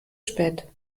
spät